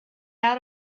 out